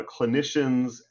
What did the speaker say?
clinicians